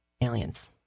aliens